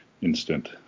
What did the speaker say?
instant